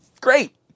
great